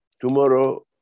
Tomorrow